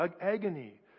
Agony